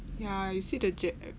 you see the ge~